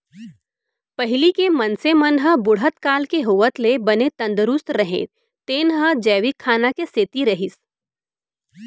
पहिली के मनसे मन ह बुढ़त काल के होवत ले बने तंदरूस्त रहें तेन ह जैविक खाना के सेती रहिस